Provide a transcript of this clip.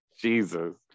Jesus